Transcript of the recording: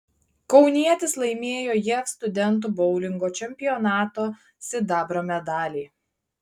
kaunietis laimėjo jav studentų boulingo čempionato sidabro medalį